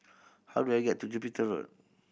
how do I get to Jupiter Road